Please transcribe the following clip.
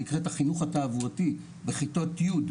שנקראת 'החינוך התעבורתי' בכיתות י'